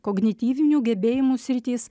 kognityvinių gebėjimų sritys